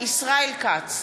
ישראל כץ,